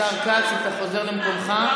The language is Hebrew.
השר כץ, אתה חוזר למקומך?